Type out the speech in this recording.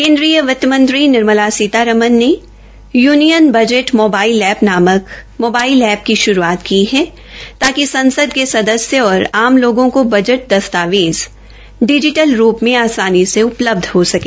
केन्द्रीय वित्त मंत्री निर्मला सीतरमण ने यूनियन बजट मोबाइल एप्प नामक मोबाइल एप्प् की शुरूआत की है ताकि संसद के सदस्य और आम लोगों को बजट दस्तावेज डिजीटल रूप में आसानी से उपलब्ध हो सके